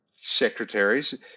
secretaries